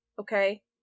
Okay